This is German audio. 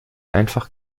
einfach